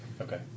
Okay